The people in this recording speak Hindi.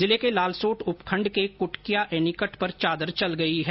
जिले के लालसोट उपखंड के क्टक्या एनीकट पर चादर चल गई है